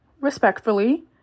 respectfully